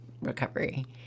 recovery